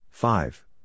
Five